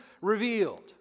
revealed